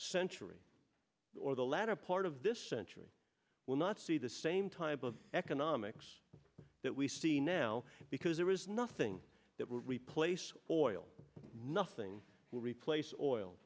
century or the latter part of this century will not see the same type of economics that we see now because there is nothing that will replace oil nothing will replace oil